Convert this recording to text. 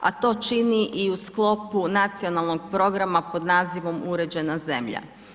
A to čini i u sklopu nacionalnog programa, pod nazivom uređena zemlja.